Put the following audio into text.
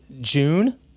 June